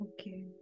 okay